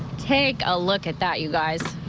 take a look at that, you guys.